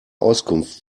auskunft